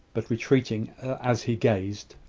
but retreating as he gazed.